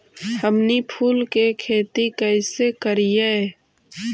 हमनी फूल के खेती काएसे करियय?